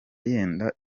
yenda